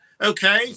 Okay